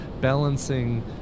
balancing